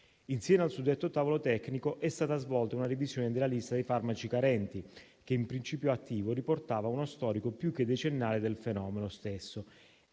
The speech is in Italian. Insieme al suddetto tavolo tecnico, è stata svolta una revisione della lista dei farmaci carenti, che in principio attivo riportava uno storico più che decennale del fenomeno stesso.